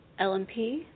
LMP